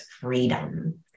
Freedom